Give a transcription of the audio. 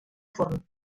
forn